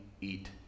eat